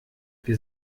wir